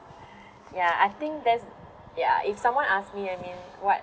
ya I think that's ya if someone asks me I mean what